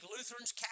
Lutherans